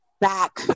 back